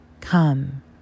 Come